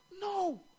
no